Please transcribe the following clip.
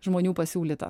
žmonių pasiūlyta